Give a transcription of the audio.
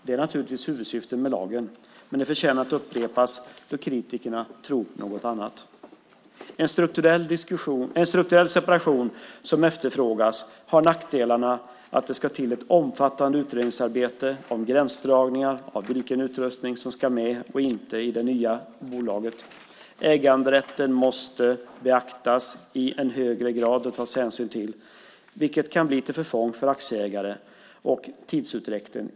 Det är naturligtvis huvudsyftet med lagen, men det förtjänar att upprepas då kritikerna tror något annat. En strukturell separation som efterfrågas har nackdelarna att det måste till ett omfattande utredningsarbete om gränsdragningarna av vilken utrustning som ska med eller inte i det nya bolaget. Äganderätten måste beaktas och tas hänsyn till i högre grad, vilket kan bli till förfång för aktieägarna och leda till tidsutdräkt.